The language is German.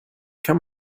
kann